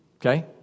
Okay